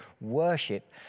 worship